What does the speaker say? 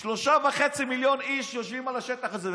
שלושה וחצי מיליון איש יושבים על השטח הזה,